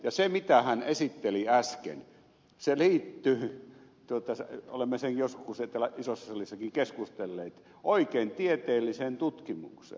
ja se mitä hän esitteli äsken se liittyy olemme siitä joskus täällä isossa salissakin keskustelleet oikein tieteelliseen tutkimukseen